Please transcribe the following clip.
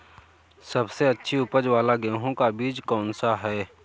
सबसे अच्छी उपज वाला गेहूँ का बीज कौन सा है?